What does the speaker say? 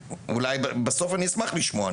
בסוף אני אשמח לשמוע.